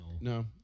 no